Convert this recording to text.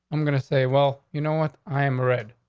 i'm going to say, well, you know what i am red.